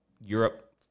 Europe